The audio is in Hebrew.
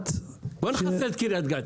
בוא נכסה את קרית גת.